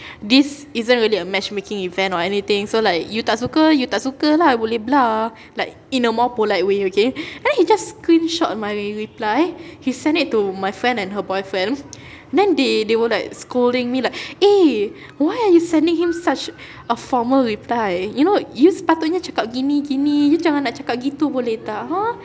this isn't really a matchmaking event or anything so like you tak suka you tak suka lah boleh belah like in a more polite way okay then he just screenshot my reply he sent it to my friend and her boyfriend then they they were like scolding me like eh why are you sending him such a formal reply you know you sepatutnya cakap gini-gini you jangan nak cakap gitu boleh tak !huh!